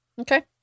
Okay